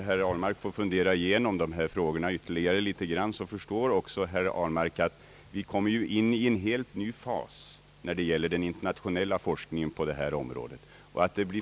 Herr talman!